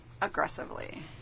Aggressively